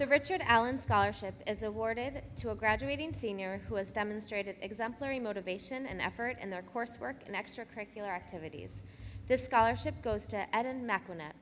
the richard allen scholarship is awarded to a graduating senior who has demonstrated exemplary motivation and effort in their coursework and extracurricular activities this scholarship goes to ed and mac